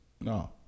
No